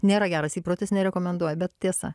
nėra geras įprotis nerekomenduoju bet tiesa